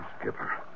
skipper